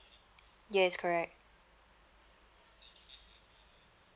yes correct